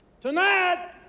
Tonight